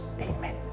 Amen